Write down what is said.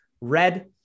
red